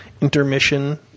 intermission